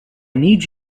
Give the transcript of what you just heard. need